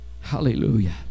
Hallelujah